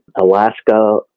Alaska